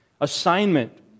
assignment